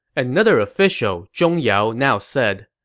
another official, zhong yao, now said,